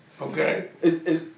Okay